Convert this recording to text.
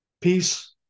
Peace